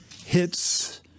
hits